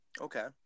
Okay